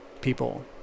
people